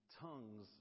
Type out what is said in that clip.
tongues